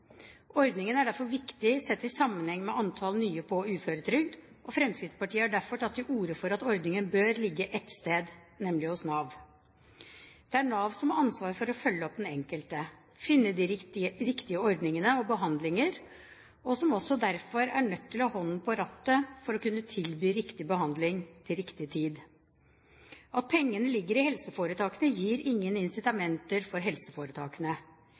Ordningen er derfor viktig sett i sammenheng med antall nye på uføretrygd. Fremskrittspartiet har derfor tatt til orde for at ordningen bør ligge ett sted, nemlig hos Nav. Det er Nav som har ansvar for å følge opp den enkelte, finne de riktige ordninger og behandlinger, og som også derfor er nødt til å ha hånden på rattet for å kunne tilby riktig behandling til riktig tid. At pengene ligger i helseforetakene, gir ingen incitamenter for helseforetakene.